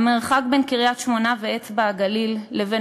המרחק בין קריית-שמונה ואצבע-הגליל לבין